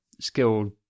skilled